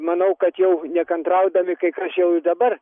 manau kad jau nekantraudami kai kas jau i dabar